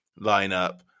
lineup